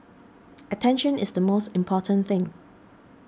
attention is the most important thing